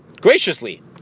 graciously